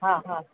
हा हा